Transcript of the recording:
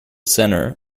centre